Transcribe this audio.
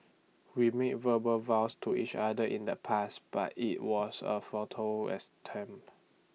we made verbal vows to each other in the past but IT was A futile attempt